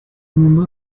mundo